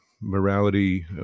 morality